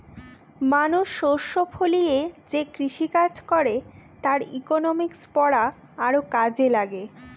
মানুষ শস্য ফলিয়ে যে কৃষিকাজ করে তার ইকনমিক্স পড়া আরও কাজে লাগে